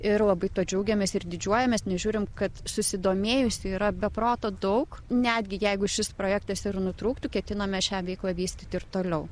ir labai tuo džiaugiamės ir didžiuojamės nes žiūrim kad susidomėjusių yra be proto daug netgi jeigu šis projektas ir nutrūktų ketiname šią veiklą vystyti ir toliau